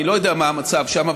אני לא יודע מה המצב שם,